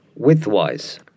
widthwise